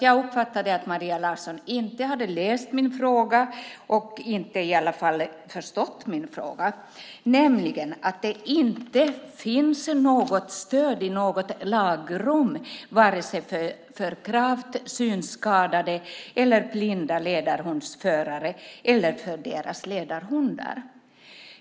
Jag uppfattade att Maria Larsson inte hade läst min fråga eller i alla fall inte förstått min fråga. Den handlade nämligen om att det inte finns något stöd i något lagrum för gravt synskadade, för blinda ledarhundsförare eller för deras ledarhundar.